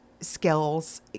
skills